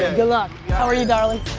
ah good luck. how are you darling?